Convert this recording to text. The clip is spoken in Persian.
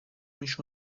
میشد